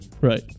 Right